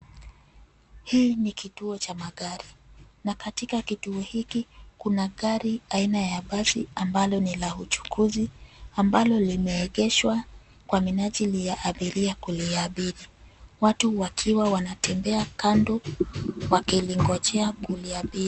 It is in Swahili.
Hii ni kituo cha magari na katika kituo hiki kuna gari aina ya basi ambalo ni la uchukuzi ambalo limeegeshwa kwa minajili ya abiria kuliabidi, watu wakiwa wanatembea kando wakilingojea kuliabiri